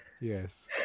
Yes